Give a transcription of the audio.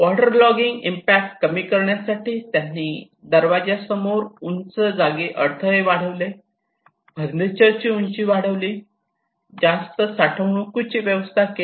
water logging impact कमी करण्यासाठी त्यांनी दरवाजाच्या समोर उंच जागी अडथळे वाढविले फर्निचरची उंची वाढविली जास्त साठवणुकीची व्यवस्था केली